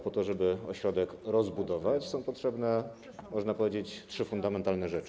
Po to, żeby ośrodek rozbudować, są potrzebne, można powiedzieć, trzy fundamentalne rzeczy.